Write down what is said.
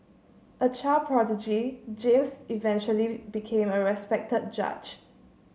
a child prodigy James eventually became a respected judge